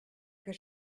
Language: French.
que